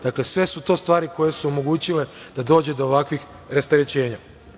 Dakle, sve su to stvari koje su omogućile da dođe do ovakvih rasterećenja.